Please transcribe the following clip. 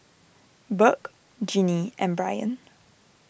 Burk Ginny and Brian